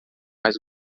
mas